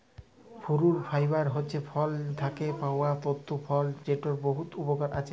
fruit fibre হছে ফল থ্যাকে পাউয়া তল্তু ফল যেটর বহুত উপকরল আছে